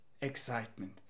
excitement